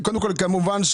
כמובן,